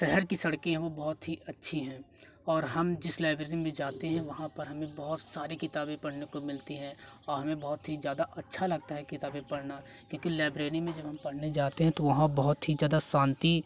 शहर की सड़के हैं वो बहुत ही अच्छी हैं और हम जिस लाइब्रेरी में जाते हैं वहाँ पर हमें बहुत सारी किताबें पढ़ने को मिलती हैं हमें बहुत ही ज्यादा अच्छा लगता है किताबें पढ़ना क्योंकि लाइब्रेरी में जब हम पढ़ने जाते हैं तो वहाँ बहुत ही ज्यादा शांति